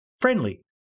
friendly